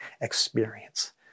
experience